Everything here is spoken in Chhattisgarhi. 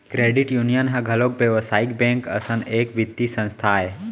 क्रेडिट यूनियन ह घलोक बेवसायिक बेंक असन एक बित्तीय संस्था आय